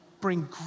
bring